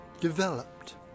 developed